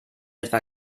etwa